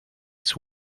its